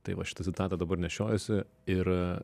tai va šitą citatą dabar nešiojuosi ir